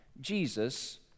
Jesus